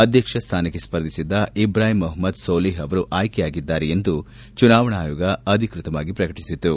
ಅಧ್ಯಕ್ಷ ಸ್ಥಾನಕ್ಕೆ ಸ್ಪರ್ಧಿಸಿದ್ದ ಇಬ್ರಾಹಿಂ ಮೊಹಮ್ಮದ್ ಸೋಲಿಹ್ ಅವರು ಆಯ್ತೆಯಾಗಿದ್ದಾರೆ ಎಂದು ಚುನಾವಣಾ ಆಯೋಗ ಅಧಿಕೃತವಾಗಿ ಪ್ರಕಟಿಸಿತು